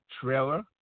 Trailer